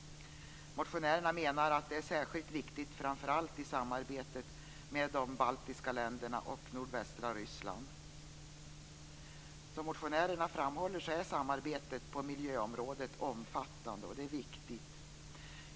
Motionärerna menar att arbetet är särskilt viktigt framför allt i samarbetet med de baltiska länderna och nordvästra Ryssland. Som motionärerna framhåller är samarbetet på miljöområdet omfattande och viktigt.